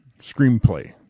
screenplay